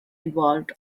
involved